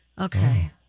Okay